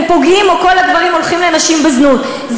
פוגעים או כל הגברים הולכים לנשים בזנות,